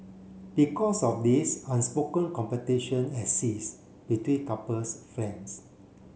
because of this unspoken competition exists between couples friends